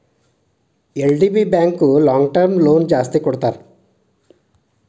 LDB bank long term loan ಜಾಸ್ತಿ ಕೊಡ್ತಾರ